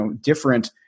different